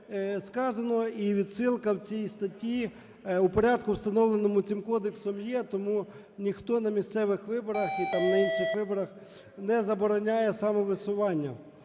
сказано. І відсилка в цій статті у порядку, встановленому цим кодексом, є. Тому ніхто на місцевих виборах і там на інших виборах не забороняє самовисуванню.